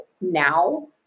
now